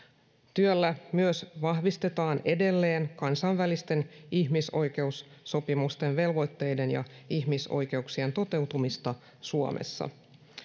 työllä myös vahvistetaan edelleen kansainvälisten ihmisoikeussopimusten velvoitteiden ja ihmisoikeuksien toteutumista suomessa